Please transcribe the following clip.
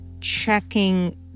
checking